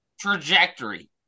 trajectory